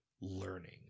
learning